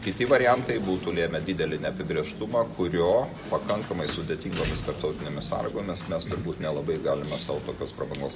kiti variantai būtų lėmę didelį neapibrėžtumą kurio pakankamai sudėtingomis tarptautinėmis sąlygomis mes turbūt nelabai galime sau tokios prabangos